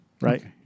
right